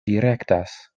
direktas